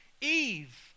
Eve